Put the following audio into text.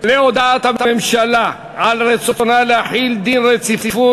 להודעת הממשלה על רצונה להחיל דין רציפות